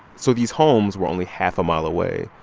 so these homes were only half a mile away,